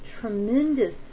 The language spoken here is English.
tremendous